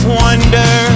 wonder